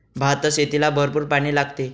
भातशेतीला भरपूर पाणी लागते